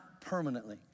permanently